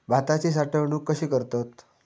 भाताची साठवूनक कशी करतत?